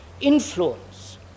influence